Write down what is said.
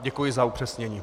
Děkuji za upřesnění.